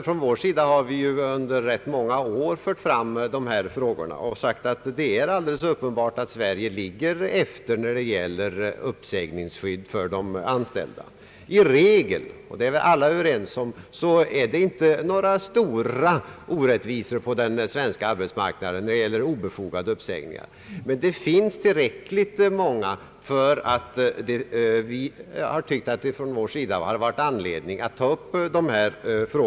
Från vår sida har vi under rätt många år fört fram dessa frågor och sagt att det är alldeles uppenbart att Sverige ligger efter i fråga om uppsägningsskydd för de anställda. Som regel — det är väl alla ense om — förekommer inga stora orättvisor på den svenska arbetsmarknaden i form av obefogade uppsägningar, men det finns tillräckligt många sådana för att vi från vår sida funnit anledning att ta upp saken.